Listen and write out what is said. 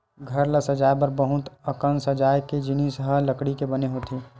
घर ल सजाए बर बहुत अकन सजाए के जिनिस ह लकड़ी के बने होथे